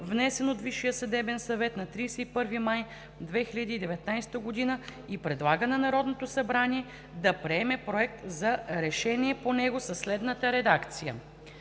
внесен от Висшия съдебен съвет на 31 май 2019 г., и предлага на Народното събрание да приеме Проект за решение по него със следната редакция: